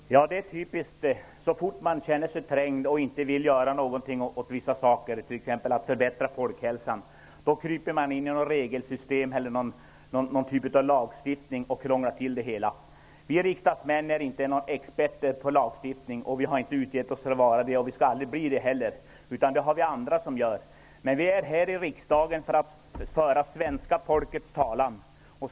Herr talman! Det är typiskt. Så fort som man känner sig trängd och inte vill göra någonting åt vissa saker, t.ex. att förbättra folkhälsan, då kryper man bakom ett regelsystem eller någon lagstiftning och krånglar till det hela. Vi riksdagsmän är inte några experter på lagstiftning, och det har vi inte heller utgett oss för att vara och det skall vi aldrig heller bli. Det finns andra som sköter den saken. Vi är här i riksdagen för att föra svenska folkets talan.